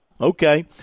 Okay